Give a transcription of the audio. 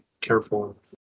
careful